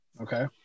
okay